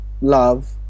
love